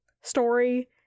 story